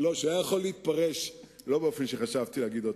שהיה יכול להתפרש לא באופן שחשבתי להגיד אותו.